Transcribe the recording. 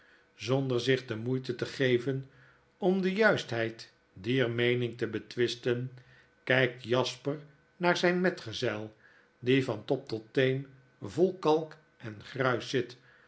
zonder zich de moeite te geven omdejuistheid dier meening te betwisten kijkt jasper naar zijn metgezel die van top tot teen vol kalk en gruis zit